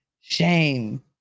Shame